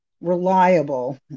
reliable